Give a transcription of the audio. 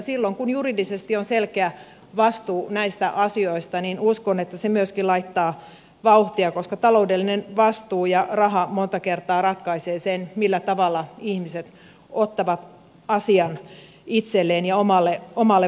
silloin kun juridisesti on selkeä vastuu näistä asioista uskon että se myöskin laittaa vauhtia koska taloudellinen vastuu ja raha monta kertaa ratkaisevat sen millä tavalla ihmiset ottavat asian itselleen ja omalle vastuulleen